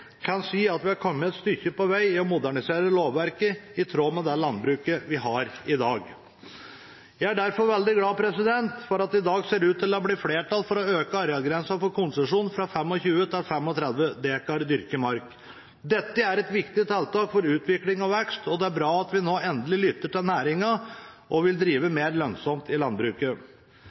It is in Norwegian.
kan si at vi er kommet et stykke på vei i å modernisere lovverket i tråd med det landbruket vi har i dag. Jeg er derfor veldig glad for at det i dag ser ut til å bli flertall for å øke arealgrensen for konsesjon fra 25 til 35 dekar dyrket mark. Dette er et viktig tiltak for utvikling og vekst, og det er bra at vi nå endelig lytter til næringen og vil drive mer lønnsomt i landbruket.